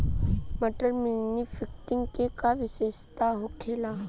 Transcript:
मटर मालवीय फिफ्टीन के का विशेषता होखेला?